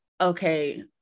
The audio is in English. okay